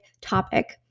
topic